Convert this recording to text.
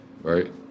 right